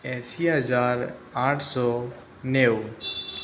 એંસી હજાર આઠસો નેવું